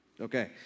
okay